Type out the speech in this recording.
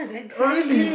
oh really